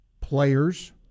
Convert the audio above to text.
players